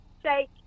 Shake